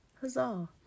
huzzah